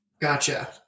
Gotcha